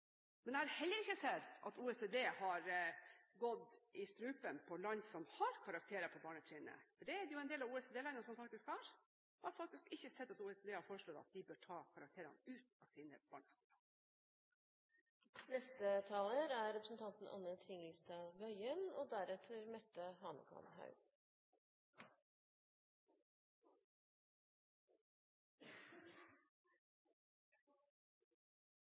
Jeg har heller ikke sett at OECD har gått i strupen på land som har karakterer på barnetrinnet, for det er det jo en del av OECD-landene som faktisk har, og jeg har faktisk ikke sett at OECD har foreslått at de bør ta karakterene ut av sine barneskoler. Dette har vært en lang og interessant debatt og